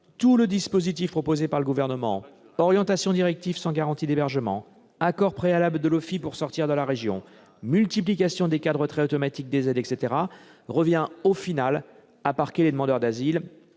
Tout le dispositif proposé par le Gouvernement- l'orientation directive sans garantie d'hébergement, l'accord préalable de l'OFII pour sortir de la région, la multiplication des cas de retrait automatique des aides, etc. -revient à parquer les demandeurs d'asile